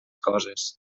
coses